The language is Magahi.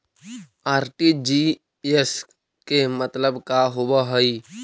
आर.टी.जी.एस के मतलब का होव हई?